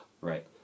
Right